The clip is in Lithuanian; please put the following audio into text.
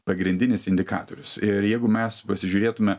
pagrindinis indikatorius ir jeigu mes pasižiūrėtume